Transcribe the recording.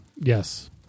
Yes